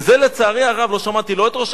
ואת זה לצערי הרב לא שמעתי לא מראש